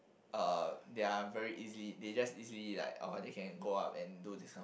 uh they are very easy they just easily like oh they can go up and do this kind of